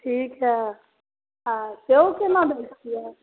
ठीक हइ आओर सेब कोना दै छिए